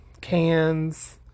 cans